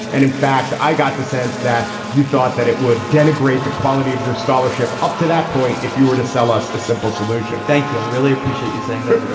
and in fact, i got the sense that you thought that it would denigrate the quality of your scholarship up to that point if you were to sell us a simple solution thank you. i really appreciate you saying that. you know